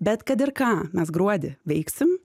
bet kad ir ką mes gruodį veiksim